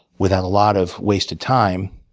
without a lot of wasted time,